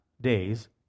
days